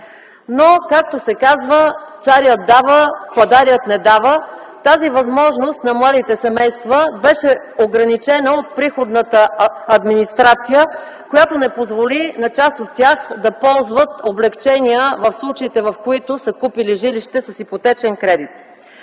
Но, както се казва, царят дава, пъдарят не дава. Тази възможност на младите семейства беше ограничена от приходната администрация, която не позволи на част от младите семейства да ползват облекчения в случаите, в които са купили жилище с ипотечен кредит.